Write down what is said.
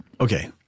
Okay